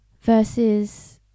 versus